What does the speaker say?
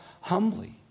humbly